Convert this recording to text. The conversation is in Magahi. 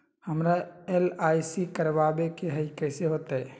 हमरा एल.आई.सी करवावे के हई कैसे होतई?